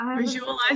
visualize